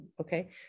Okay